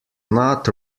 not